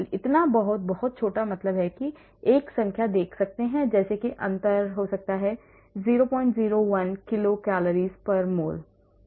इतना बहुत बहुत छोटा मतलब है कि मैं एक संख्या दे सकता हूं जैसे कि अंतर 001 kilo cals per mol है